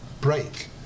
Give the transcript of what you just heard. break